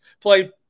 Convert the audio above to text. play